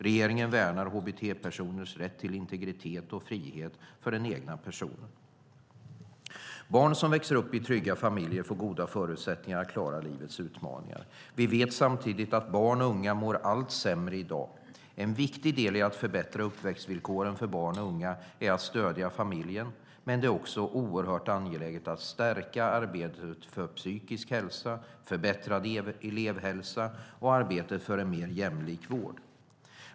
Regeringen värnar hbt-personers rätt till integritet och frihet för den egna personen. Barn som växer upp i trygga familjer får goda förutsättningar att klara livets utmaningar. Vi vet samtidigt att barn och unga mår allt sämre i dag. En viktig del i att förbättra uppväxtvillkoren för barn och unga är att stödja familjen, men det är också oerhört angeläget att stärka arbetet för psykisk hälsa, förbättrad elevhälsa och en mer jämlik vård.